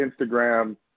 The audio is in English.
Instagram